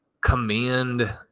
command